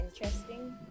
interesting